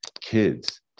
kids